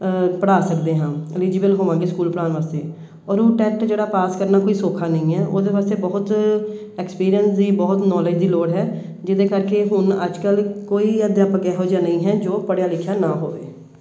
ਪੜ੍ਹਾ ਸਕਦੇ ਹਾਂ ਅਲੀਜੀਬਲ ਹੋਵਾਂਗੇ ਸਕੂਲ ਪੜ੍ਹਾਉਣ ਵਾਸਤੇ ਔਰ ਉਹ ਟੈਟ ਜਿਹੜਾ ਪਾਸ ਕਰਨਾ ਕੋਈ ਸੌਖਾ ਨਹੀਂ ਹੈ ਉਹਦੇ ਵਾਸਤੇ ਬਹੁਤ ਐਕਸਪੀਰੀਅੰਸ ਦੀ ਬਹੁਤ ਨੋਲੇਜ ਦੀ ਲੋੜ ਹੈ ਜਿਹਦੇ ਕਰਕੇ ਹੁਣ ਅੱਜ ਕੱਲ੍ਹ ਕੋਈ ਅਧਿਆਪਕ ਇਹੋ ਜਿਹਾ ਨਹੀਂ ਹੈ ਜੋ ਪੜ੍ਹਿਆ ਲਿਖਿਆ ਨਾ ਹੋਵੇ